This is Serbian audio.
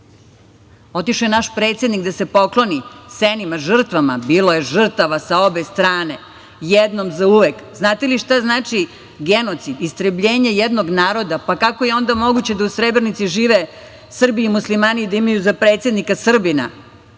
Otišao je naš predsednik da se pokloni senima, žrtvama. Bilo je žrtava sa obe strane. Jednom zauvek, znate li šta znači genocid? Istrebljenje jednog naroda. Kako je onda moguće da u Srebrenici žive Srbi i Muslimani i da imaju za predsednika Srbina?